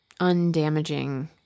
undamaging